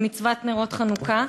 למצוות הדלקת נרות חנוכה.